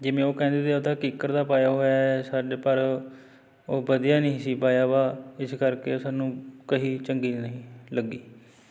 ਜਿਵੇਂ ਉਹ ਕਹਿੰਦੇ ਤੇ ਉਹ ਤਾਂ ਕਿੱਕਰ ਦਾ ਪਾਇਆ ਹੋਇਆ ਸਾਡੇ ਪਰ ਉਹ ਵਧੀਆ ਨਹੀਂ ਸੀ ਪਾਇਆ ਵਾ ਇਸ ਕਰਕੇ ਉਹ ਸਾਨੂੰ ਕਹੀ ਚੰਗੀ ਨਹੀਂ ਲੱਗੀ